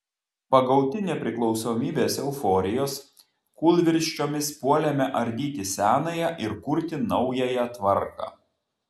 pagauti nepriklausomybės euforijos kūlvirsčiomis puolėme ardyti senąją ir kurti naująją tvarką